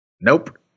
Nope